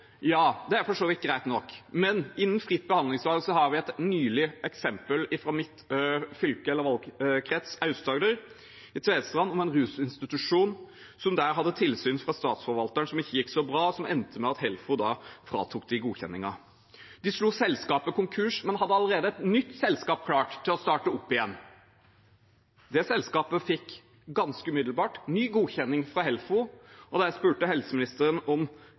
Ja, det er for så vidt greit nok, men innen fritt behandlingsvalg har vi et nylig eksempel fra mitt fylke, eller valgkrets, Aust-Agder. I Tvedestrand hadde en rusinstitusjon tilsyn fra statsforvalteren som ikke gikk så bra, og som endte med at Helfo fratok dem godkjenningen. Man slo selskapet konkurs, men hadde allerede et nytt selskap klart til å starte opp igjen. Det selskapet fikk ganske umiddelbart ny godkjenning fra Helfo. Da jeg spurte helseministeren om